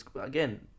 Again